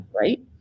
right